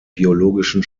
biologischen